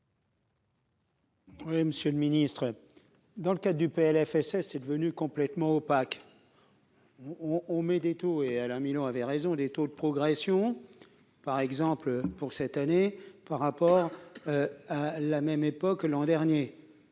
Oui, Monsieur le Ministre, dans le cas du Plfss est devenu complètement opaque où on on met des tout et Alain Milon avait raison : des taux de progression, par exemple, pour cette année par rapport à la même époque l'an dernier